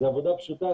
זו עבודה פשוטה.